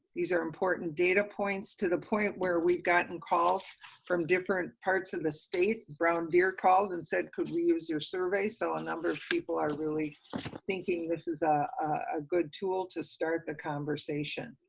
these are important data points, to the point where we've gotten calls from different parts of the state. brown deer called and said, could we use your survey, so a lot of people are really thinking this is ah a good tool to start the conversation.